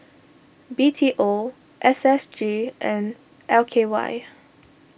B T O S S G and L K Y